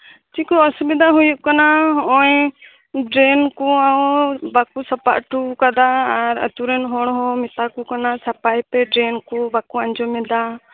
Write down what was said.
ᱪᱮᱫ ᱠᱚ ᱚᱥᱩᱵᱤᱫᱟ ᱦᱩᱭᱩᱜ ᱠᱟᱱᱟ ᱦᱚᱸᱜ ᱚᱭ ᱰᱨᱮᱱ ᱠᱚ ᱵᱟᱠᱚ ᱥᱟᱯᱟ ᱚᱴᱚᱣᱟᱠᱟᱫᱟ ᱟᱨ ᱟᱛᱩᱨᱮᱱ ᱦᱚᱲ ᱦᱚᱸ ᱢᱮᱛᱟ ᱠᱚ ᱠᱟᱱᱟ ᱥᱟᱯᱟᱭ ᱯᱮ ᱰᱨᱮᱱ ᱠᱚ ᱵᱟᱠᱚ ᱟᱸᱡᱚᱢ ᱮᱫᱟ